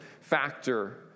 factor